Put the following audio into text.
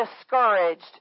discouraged